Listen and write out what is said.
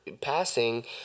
passing